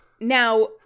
Now